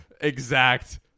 Exact